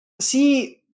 See